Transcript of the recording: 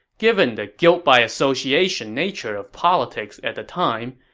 given the guilt-by-association nature of politics at the time,